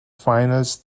finals